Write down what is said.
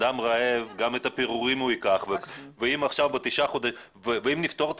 אדם רעב גם את הפירורים הוא ייקח ואם נפתור את